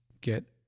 get